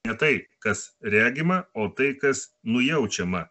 ne tai kas regima o tai kas nujaučiama